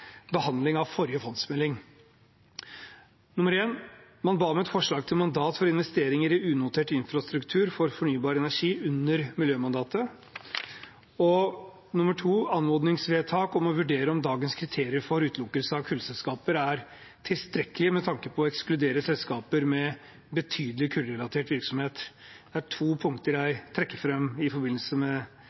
av forrige fondsmelding: Man ba om et forslag til mandat for investeringer i unotert infrastruktur for fornybar energi under miljømandatet. Man ba om i et anmodningsvedtak å vurdere om dagens kriterier for utelukkelse av kullselskaper er tilstrekkelig, med tanke på å ekskludere selskaper med «betydelig kullrelatert virksomhet». Dette er to punkter jeg trekker fram i forbindelse med